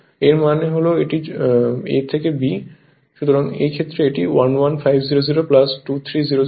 সুতরাং এই ক্ষেত্রে এটি 11500 2300 অর্থাৎ 13800 ভোল্টের হবে